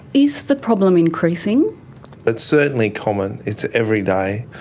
is the problem increasing? it's certainly common. it's every day,